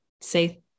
say